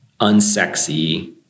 unsexy